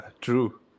true